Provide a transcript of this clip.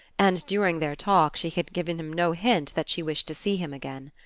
and during their talk she had given him no hint that she wished to see him again.